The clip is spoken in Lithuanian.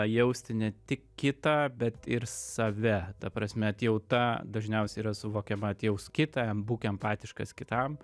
jausti ne tik kitą bet ir save ta prasme atjauta dažniausiai yra suvokiama atjausk kitą būk empatiškas kitam